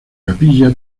capilla